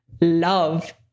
love